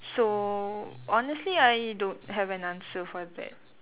so honestly I don't have an answer for that